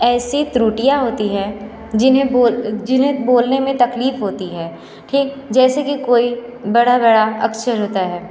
ऐसी त्रुटियाँ होती है जिन्हें बोल जिन्हें बोलने में तकलीफ होती है ठीक जैसे कि कोई बड़ा बड़ा अक्षर होता है